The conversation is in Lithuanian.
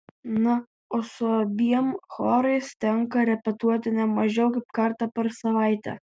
na o su abiem chorais tenka repetuoti ne mažiau kaip kartą per savaitę